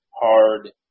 hard